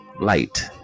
light